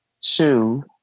two